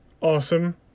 awesome